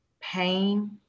pain